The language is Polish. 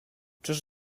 czyż